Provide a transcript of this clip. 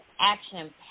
action